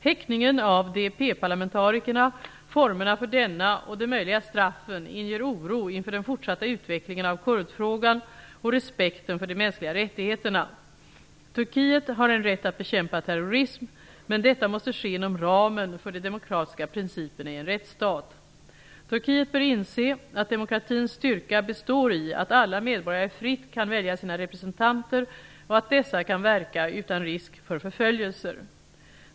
Häktningen av DEP-parlamentarikerna, formerna för denna och de möjliga straffen inger oro inför den fortsatta utvecklingen av kurdfrågan och respekten för de mänskliga rättigheterna. Turkiet har rätt att bekämpa terrorism, men detta måste ske inom ramen för de demokratiska principerna i en rättsstat. Turkiet bör inse att demokratins styrka består i att alla medborgare fritt kan välja sina representanter och att dessa kan verka utan risk för förföljelser.